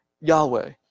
Yahweh